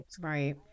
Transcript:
right